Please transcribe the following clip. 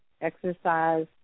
exercise